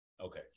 Okay